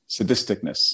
Sadisticness